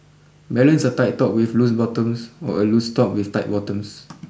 balance a tight top with loose bottoms or a loose top with tight bottoms